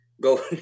go